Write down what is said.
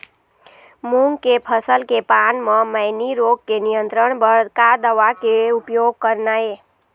मूंग के फसल के पान म मैनी रोग के नियंत्रण बर का दवा के उपयोग करना ये?